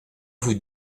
vous